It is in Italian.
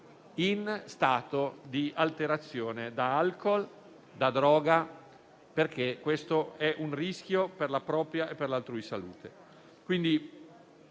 in stato di alterazione da alcol e da droga, perché questo è un rischio per la propria e per l'altrui salute.